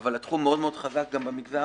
אבל התחום מאוד חזק גם במגזר.